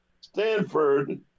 Stanford